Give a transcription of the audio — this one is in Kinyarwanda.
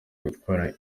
gutwara